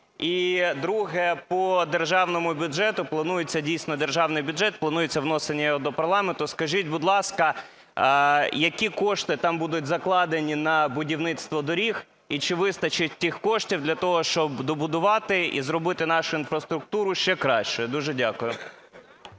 І друге – по державному бюджету. Планується дійсно державний бюджет, планується внесення його до парламенту. Скажіть, будь ласка, які кошти там будуть закладені на будівництво доріг і чи вистачить цих коштів для того, щоб добудувати і зробити нашу структуру ще кращою? Дуже дякую.